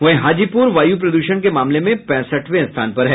वहीं हाजीपुर वायु प्रदूषण के मामले में पैंसठवें स्थान पर है